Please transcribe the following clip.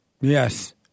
Yes